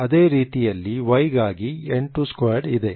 ಅದೇ ರೀತಿಯಲ್ಲಿ y ಗಾಗಿ n22 ಇದೆ